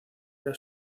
era